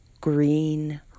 green